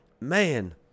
Man